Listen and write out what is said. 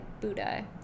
Buddha